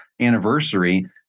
anniversary